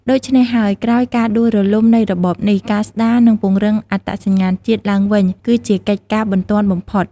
ដូច្នេះហើយ ក្រោយការដួលរលំនៃរបបនេះ ការស្ដារ និងពង្រឹងអត្តសញ្ញាណជាតិឡើងវិញគឺជាកិច្ចការបន្ទាន់បំផុត។